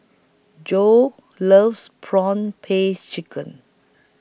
Joi loves Prawn Paste Chicken